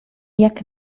jak